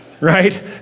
Right